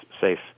safe